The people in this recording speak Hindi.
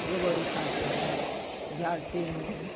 गोबर उठाती हूँ झाड़ती हूँ